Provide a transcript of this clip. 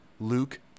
Luke